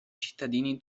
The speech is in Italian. cittadini